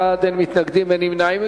בעד, 5, אין מתנגדים, אין נמנעים.